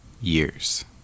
years